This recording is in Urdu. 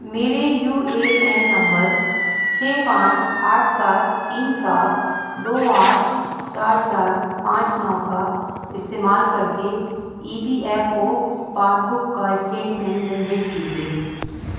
میرے یو اے این نمبر چھ پانچ آٹھ سات تین سات دو آٹھ چار چار پانچ نو کا استعمال کر کے E P F O passbook کا اسٹیٹمنٹ جنریٹ کیجیے